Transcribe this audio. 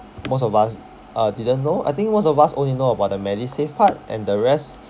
most of us uh didn't know I think most of us only know about the medisave part and the rest